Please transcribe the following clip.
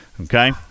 okay